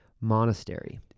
Monastery